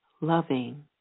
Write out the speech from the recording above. loving